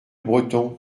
breton